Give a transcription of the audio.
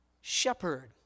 shepherd